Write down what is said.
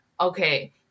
okay